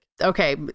Okay